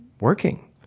working